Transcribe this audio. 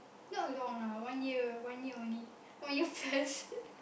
not long lah one year one year only one year plus